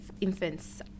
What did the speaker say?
infants